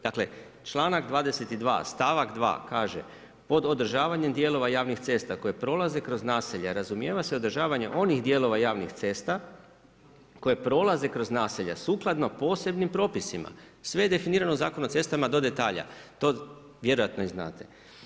Dakle članak 22. stavak 2. kaže „pod održavanjem dijelova javnih cesta koje prolaze kroz naselja razumijevanje se održavanje onih dijelova javnih cesta koja prolaze kroz naselja sukladno posebnim propisima“, sve je definirano u Zakonu o cestama do detalja, to vjerojatno i znate.